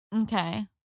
Okay